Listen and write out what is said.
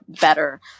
better